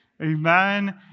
amen